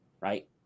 right